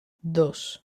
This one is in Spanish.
dos